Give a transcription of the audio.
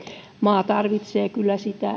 maa tarvitsee kyllä